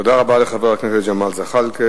תודה רבה לחבר הכנסת ג'מאל זחאלקה.